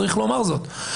צריך לומר זאת,